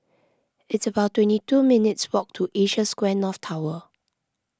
it's about twenty two minutes' walk to Asia Square North Tower